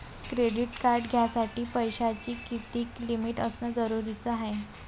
Credit card घ्यासाठी पैशाची कितीक लिमिट असनं जरुरीच हाय?